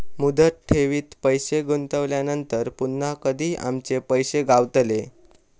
मुदत ठेवीत पैसे गुंतवल्यानंतर पुन्हा कधी आमचे पैसे गावतले?